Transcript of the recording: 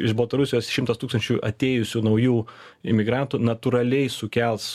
iš baltarusijos šimtas tūkstančių atėjusių naujų imigrantų natūraliai sukels